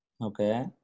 Okay